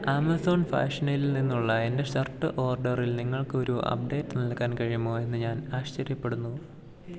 Amazon ഫാഷനിൽ നിന്നുള്ള എൻ്റെ ഷർട്ട് ഓർഡറിൽ നിങ്ങൾക്കൊരു അപ്ഡേറ്റ് നൽകാൻ കഴിയുമോ എന്ന് ഞാൻ ആശ്ചര്യപ്പെടുന്നു